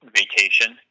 vacation